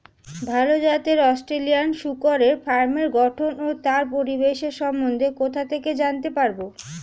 ভাল জাতের অস্ট্রেলিয়ান শূকরের ফার্মের গঠন ও তার পরিবেশের সম্বন্ধে কোথা থেকে জানতে পারবো?